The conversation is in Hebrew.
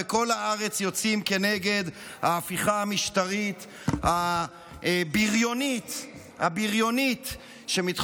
בכל הארץ יוצאים נגד ההפיכה המשטרית הביריונית שמתחוללת.